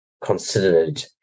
considered